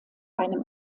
einem